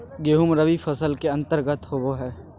गेंहूँ रबी फसल के अंतर्गत आबो हय